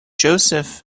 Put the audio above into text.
joseph